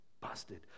Busted